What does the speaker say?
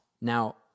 Now